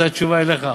זו התשובה לך,